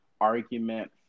argument